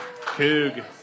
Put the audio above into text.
Coog